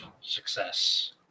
success